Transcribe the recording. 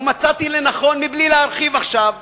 ומצאתי לנכון, מבלי להרחיב עכשיו,